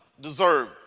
deserve